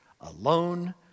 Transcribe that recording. alone